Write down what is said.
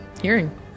hearing